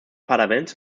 parlaments